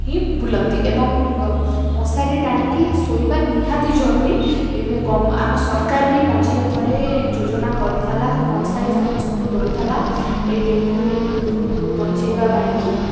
ହିଁ ବୁଲନ୍ତି ଏବଂ ମଶାରୀ ଟାଣିକି ଶୋଇବା ନିହାତି ଜରୁରୀ ଆମ ସରକାର ବି ମଝିରେ ଥରେ ଯୋଜନା କରିଥିଲା ମଶାରୀ ସମସ୍ତଙ୍କୁ ଦେଉଥିଲା ଏଇ ଡେଙ୍ଗୁରୁ ବଞ୍ଚେଇବା ପାଇଁକି